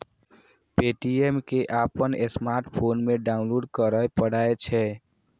Paytm कें अपन smartphone मे डाउनलोड करय पड़ै छै